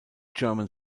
german